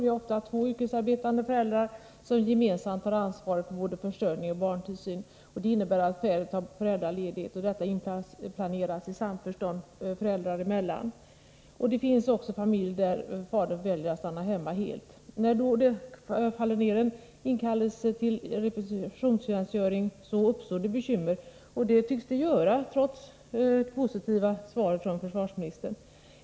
Vi har oftast två yrkesarbetande föräldrar som gemensamt tar ansvaret för både försörjning och barntillsyn. Detta innebär att fäder tar föräldraledighet och att den inplaneras i samförstånd föräldrarna emellan. Det finns också familjer där fadern väljer att stanna hemma helt. När så en inkallelse till repetitionstjänstgöring trillar ner, uppstår det bekymmer. Det tycks det göra, trots försvarsministerns positiva svar.